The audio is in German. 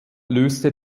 löste